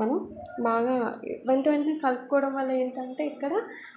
మనం బాగా వెంటవెంటనే కలుపుకోవడం వల్ల ఏంటంటే ఇక్కడ